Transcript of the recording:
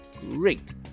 great